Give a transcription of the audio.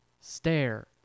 stare